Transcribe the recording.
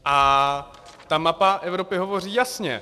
A mapa Evropy hovoří jasně.